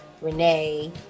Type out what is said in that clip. Renee